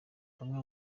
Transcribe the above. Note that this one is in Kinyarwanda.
bamwe